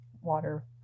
water